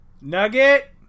Nugget